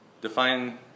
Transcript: Define